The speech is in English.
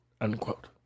Unquote